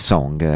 Song